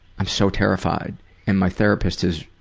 i'm so terrified and my therapist has